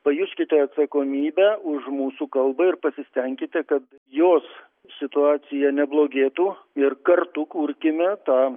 pajuskite atsakomybę už mūsų kalbą ir pasistenkite kad jos situacija neblogėtų ir kartu kurkime tą